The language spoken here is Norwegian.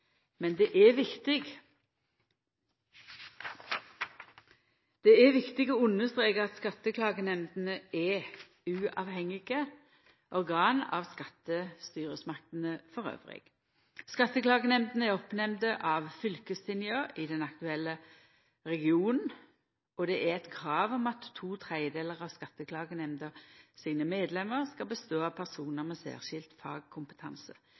men det er viktig å understreka at skatteklagenemndene er uavhengige organ av skattestyresmaktene elles. Skatteklagenemndene er peikt ut av fylkestinga i den aktuelle regionen, og det er eit krav om at to tredelar av skatteklagenemnda sine medlemmer skal bestå av personar med særskild